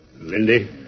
Lindy